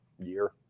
year